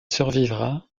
survivra